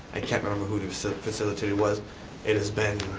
i can't remember who the facilitator was it has been